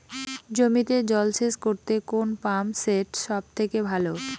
জমিতে জল সেচ করতে কোন পাম্প সেট সব থেকে ভালো?